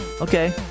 Okay